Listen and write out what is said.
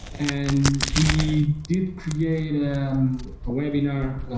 and we did create a webinar